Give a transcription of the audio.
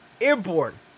Airborne